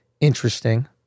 interesting